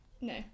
No